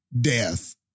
death